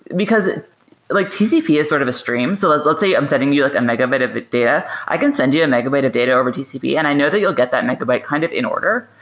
because like tcp is sort of a stream. so let's let's say i'm sending you like a and megabyte of but data. i can send you a megabyte of data over tcp and i know that you'll get that megabyte kind of in order,